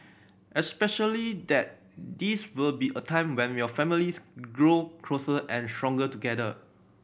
especially that this will be a time when your families grow closer and stronger together